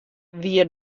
wie